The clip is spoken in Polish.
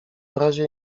razie